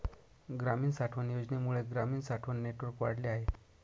ग्रामीण साठवण योजनेमुळे ग्रामीण साठवण नेटवर्क वाढले आहे